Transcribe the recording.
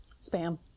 spam